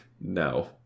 No